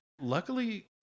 Luckily